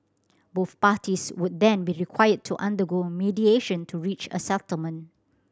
both parties would then be required to undergo mediation to reach a settlement